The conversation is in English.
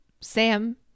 Sam